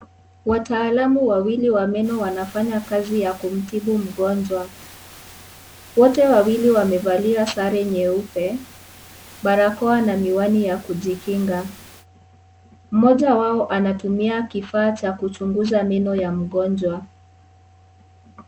Wataalam wawili wa meno wanafanya kazi ya kumtibu mgonjwa, wote wawili wamevalia sare nyeupe barakoa na miwani ya kujikinga, mmoja wao anatumia kifaa cha kuchunguza meno ya mgonjwa.